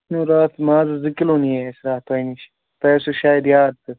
مےٚ اوٚن راتھ مازَس زٕ کِلوٗ نِیے اَسہِ راتھ تۄہہِ نِش تۄہہِ آسیو شاید یاد تہٕ